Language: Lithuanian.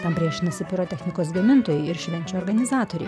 tam priešinasi pirotechnikos gamintojai ir švenčių organizatoriai